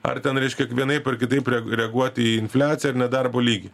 ar ten reiškia vienaip ar kitaip reaguoti į infliaciją ir nedarbo lygį